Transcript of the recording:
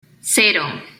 cero